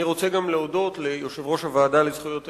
אני רוצה להודות גם ליושב-ראש הוועדה לזכויות הילד,